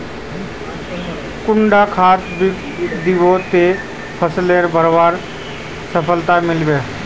कुन खाद दिबो ते फसलोक बढ़वार सफलता मिलबे बे?